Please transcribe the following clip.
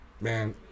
man